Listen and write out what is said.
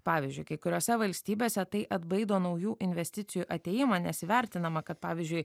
pavyzdžiui kai kuriose valstybėse tai atbaido naujų investicijų atėjimą nes vertinama kad pavyzdžiui